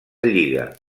lliga